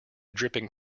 dripping